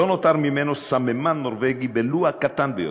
לא נותר ממנו סממן נורבגי ולו הקטן ביותר.